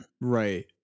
Right